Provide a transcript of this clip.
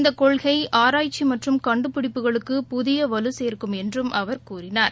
இந்தகொள்கைஆராய்ச்சிமற்றும் கண்டுபிடிப்புகளுக்கு புதியவலுசோக்கும் என்றும் அவர் கூறினார்